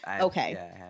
Okay